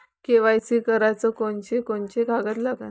KYC कराच कोनचे कोनचे कागद लागते?